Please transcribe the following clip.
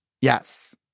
Yes